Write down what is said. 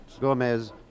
Gomez